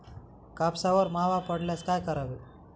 कापसावर मावा पडल्यास काय करावे?